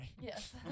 Yes